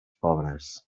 pobres